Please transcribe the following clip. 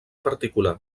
particular